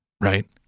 right